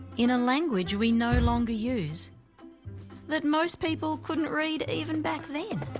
in a language we no longer use that most people couldn't read even back then.